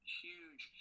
huge